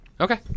Okay